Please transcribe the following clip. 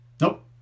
Nope